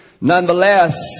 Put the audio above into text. Nonetheless